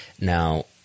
Now